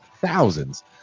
thousands